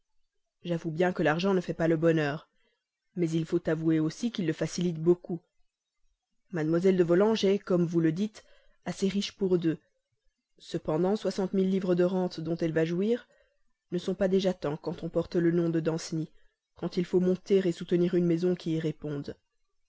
j'avoue bien que l'argent ne fait pas le bonheur mais il faut avouer aussi qu'il le facilite beaucoup mlle de volanges est comme vous dites assez riche pour deux cependant soixante mille livres de rente dont elle va jouir ne sont pas déjà tant quand on porte le nom de danceny quand il faut monter soutenir une maison qui y réponde